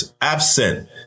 absent